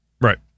right